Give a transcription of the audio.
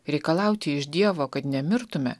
reikalauti iš dievo kad nemirtume